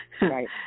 Right